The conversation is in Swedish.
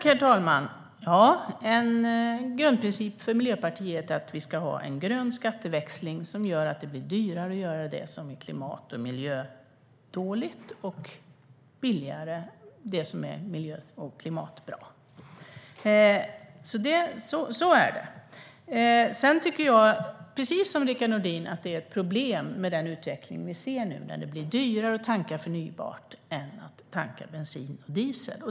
Herr talman! En grundprincip för Miljöpartiet är att vi ska ha en grön skatteväxling som gör att det blir dyrare att göra det som är dåligt för kli-matet och miljön och billigare att göra det som är bra för miljön och klimatet. Så är det. Precis som Rickard Nordin tycker jag att det är ett problem med den utveckling som vi nu ser. Det blir dyrare att tanka förnybart än att tanka bensin eller diesel.